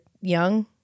young